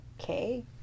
okay